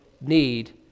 need